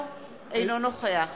אינו נוכח